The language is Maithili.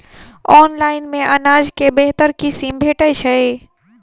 ऑनलाइन मे अनाज केँ बेहतर किसिम भेटय छै?